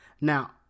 Now